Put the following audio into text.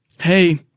hey